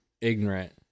ignorant